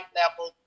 level